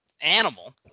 animal